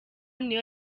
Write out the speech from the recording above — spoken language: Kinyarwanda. niyo